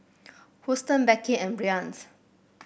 Huston Becky and Bryant